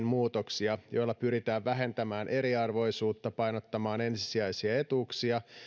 muutoksia joilla pyritään vähentämään eriarvoisuutta painottamaan ensisijaisia etuuksia